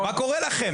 מה קורה לכם?